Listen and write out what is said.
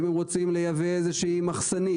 אם הם רוצים לייבא איזושהי מחסנית,